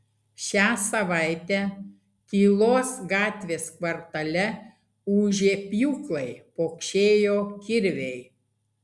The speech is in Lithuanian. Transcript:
šią savaitę tylos gatvės kvartale ūžė pjūklai pokšėjo kirviai